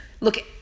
look